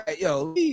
yo